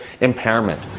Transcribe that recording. impairment